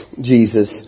Jesus